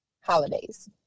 Holidays